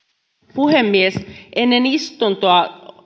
puhemies ennen istuntoa